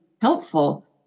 helpful